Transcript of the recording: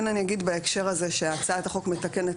אני כן אגיד בהקשר הזה שהצעת החוק מתקנת